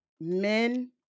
men